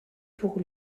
pour